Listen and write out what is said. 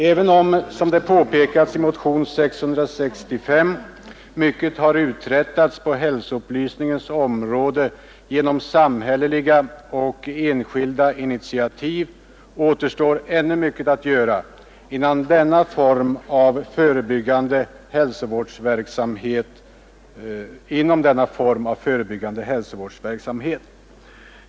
Även om, som det påpekats i motionen 665, mycket har uträttats på hälsoupplysningens område genom samhälleliga och enskilda initiativ, återstår ännu mycket att göra inom denna form av förebyggande hälsovårdsverksamhet.